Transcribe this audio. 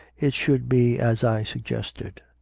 it should be as i suggested.